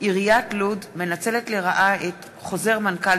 ברכה ומסעוד גנאים בנושא: עיריית לוד מנצלת לרעה את חוזר מנכ"ל